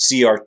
cr